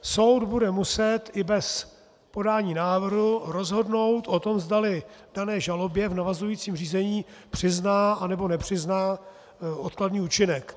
Soud bude muset i bez podání návrhu rozhodnout o tom, zdali dané žalobě v navazujícím řízení přizná, anebo nepřizná odkladný účinek.